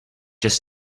just